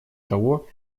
того